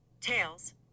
Tails